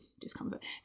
discomfort